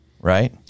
Right